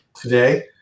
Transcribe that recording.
today